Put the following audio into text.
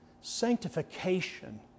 Sanctification